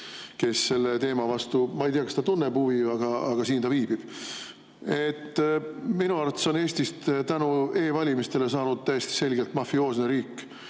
kes selle teema vastu [huvi tunneb]. Ma ei tea, kas ta tunneb huvi, aga siin ta viibib. Minu arvates on Eestist tänu e‑valimistele saanud täiesti selgelt mafioosne riik,